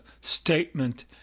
statement